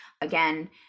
again